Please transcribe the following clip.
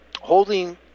holding